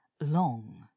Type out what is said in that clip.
long